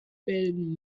bilden